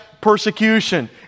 persecution